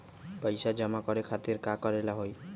पैसा जमा करे खातीर की करेला होई?